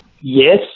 Yes